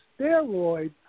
steroids